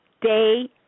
day